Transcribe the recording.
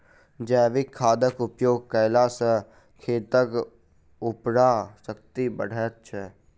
जैविक खादक उपयोग कयला सॅ खेतक उर्वरा शक्ति बढ़ैत छै